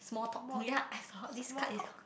small talk ya I thought this card is